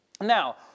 Now